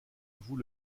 vous